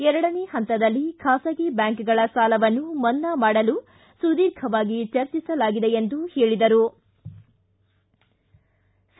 ಎರಡನೇ ಪಂತದಲ್ಲಿ ಖಾಸಗಿ ಬ್ಯಾಂಕ್ಗಳ ಸಾಲವನ್ನು ಮನ್ನಾ ಮಾಡಲು ಸುದೀರ್ಘವಾಗಿ ಚರ್ಚಿಸಲಾಗಿದೆ ಎಂದು ಪೇಳೆದರು